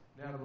now